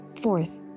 Fourth